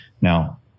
Now